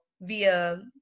via